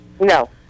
No